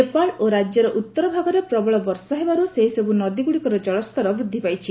ନେପାଳ ଓ ରାଜ୍ୟର ଉତ୍ତର ଭାଗରେ ପ୍ରବଳ ବର୍ଷା ହେବାରୁ ସେହିସବୁ ନଦୀଗୁଡ଼ିକର ଜଳସ୍ତର ବୃଦ୍ଧି ପାଇଛି